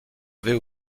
vais